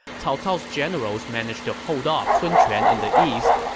cao cao's generals managed to hold off sun quan in the east,